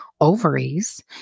ovaries